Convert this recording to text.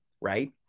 right